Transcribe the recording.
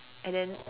and then